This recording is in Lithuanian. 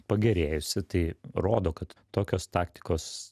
pagerėjusi tai rodo kad tokios taktikos